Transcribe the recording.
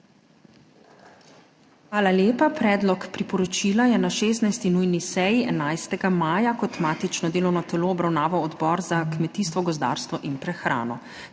Hvala lepa. Predlog priporočila je na 16. nujni seji 11. maja kot matično delovno telo obravnaval Odbor za kmetijstvo, gozdarstvo in prehrano.